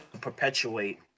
perpetuate